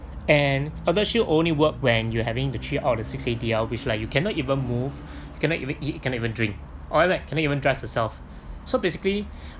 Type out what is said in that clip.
and eldershield only work when you having the three out of six A_D_L which like you cannot even move cannot even eat cannot even drink or like cannot even dress yourself so basically